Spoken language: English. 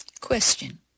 Question